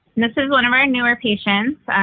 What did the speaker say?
this is one of our newer patients.